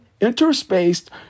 Interspaced